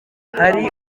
hari